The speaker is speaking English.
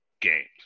games